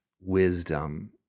wisdom